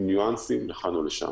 עם ניואנסים לכאן ולשם.